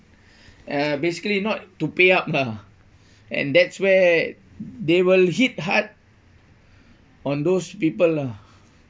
uh basically not to pay up ah and that's where they will hit hard on those people lah